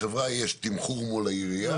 לחברה יש תמחור מול העירייה.